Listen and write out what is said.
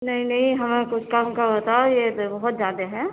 نہیں نہیں ہمیں کچھ کم کا بتاؤ یہ تو بہت زیادہ ہے